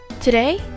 Today